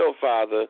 Father